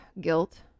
Guilt